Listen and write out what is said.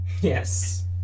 Yes